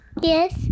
Yes